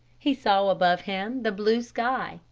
he saw above him the blue sky,